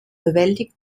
bewältigt